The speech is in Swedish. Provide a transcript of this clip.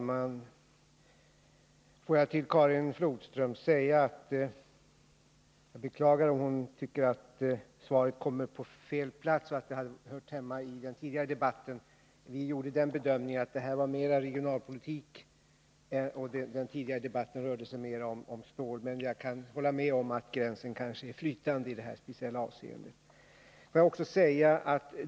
Herr talman! Jag beklagar om Karin Flodström tycker att svaret kommer på fel plats och hade hört hemma i den tidigare debatten. Vi gjorde den bedömningen att det här handlade mera om regionalpolitik medan den tidigare debatten rörde sig mera om stål, men jag kan hålla med om att gränsen kan vara flytande i det här speciella avseendet.